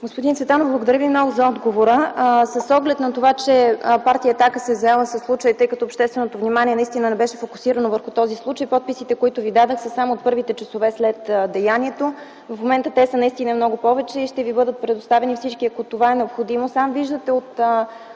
Господин Цветанов, благодаря Ви много за отговора. С оглед на това, че Партия „Атака” се е заела със случая, тъй като общественото внимание не беше фокусирано върху този случай, подписите, които Ви дадох, са само от първите часове след деянието. В момента те наистина са много повече и ще Ви бъдат предоставени всички, ако това е необходимо. Сам виждате, от